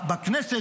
בכנסת,